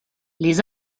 les